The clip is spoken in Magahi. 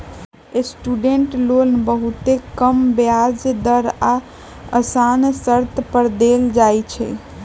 स्टूडेंट लोन बहुते कम ब्याज दर आऽ असान शरत पर देल जाइ छइ